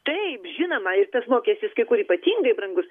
taip žinoma juk tas mokestis kai kur ypatingai brangus